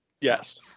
Yes